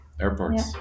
Airports